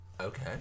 Okay